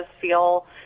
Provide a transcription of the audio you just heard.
feel